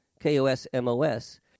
K-O-S-M-O-S